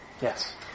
Yes